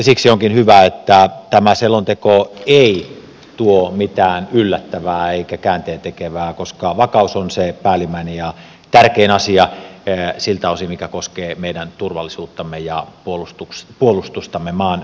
siksi onkin hyvä että tämä selonteko ei tuo mitään yllättävää eikä käänteentekevää koska vakaus on se päällimmäinen ja tärkein asia siltä osin mikä koskee meidän turvallisuuttamme ja puolustustamme maanpuolustustamme